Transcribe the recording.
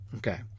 Okay